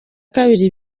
kabiri